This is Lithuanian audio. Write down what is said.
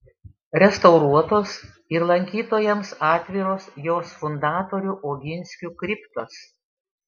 restauruotos ir lankytojams atviros jos fundatorių oginskių kriptos